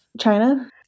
China